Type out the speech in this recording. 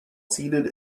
seated